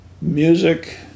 Music